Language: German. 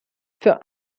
für